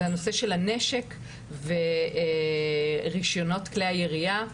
זה הנושא של הנשק ורישיונות כלי הירייה,